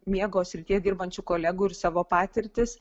miego srityje dirbančių kolegų ir savo patirtis